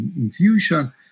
infusion